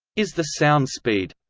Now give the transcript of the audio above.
is the sound speed,